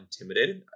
intimidated